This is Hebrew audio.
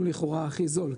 הוא לכאורה הכי זול,